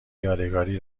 یادگاری